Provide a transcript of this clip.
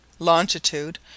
longitude